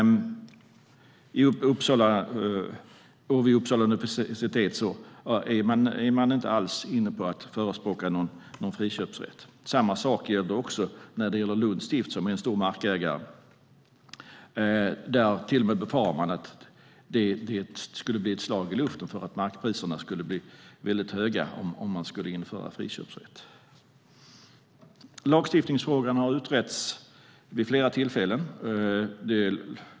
Vid Uppsala universitet är man inte alls inne på att förespråka någon friköpsrätt. Samma sak gäller också Lunds stift som är en stor markägare. Där befarar man till och med att det skulle bli ett slag i luften eftersom markpriserna skulle bli mycket höga om man skulle införa friköpsrätt. Lagstiftningsfrågan har utretts vid flera tillfällen.